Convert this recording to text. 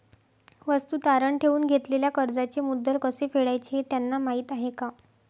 वस्तू तारण ठेवून घेतलेल्या कर्जाचे मुद्दल कसे फेडायचे हे त्यांना माहीत आहे का?